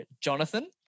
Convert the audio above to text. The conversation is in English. Jonathan